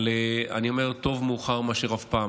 טוב מאוחר מאשר אף פעם.